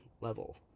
level